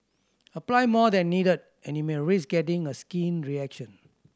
apply more than needed and you may risk getting a skin reaction